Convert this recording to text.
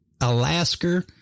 Alaska